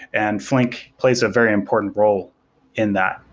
and flink plays a very important role in that.